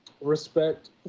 Respect